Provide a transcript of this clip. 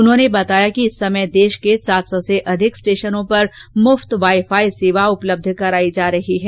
उन्होंने बताया कि इस समय देश के सात सौ से अधिक स्टेशनों पर मुफ्त वाईफाई सेवा उपलब्ध कराई जा रही है